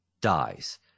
dies